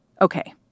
Okay